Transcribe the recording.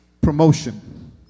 promotion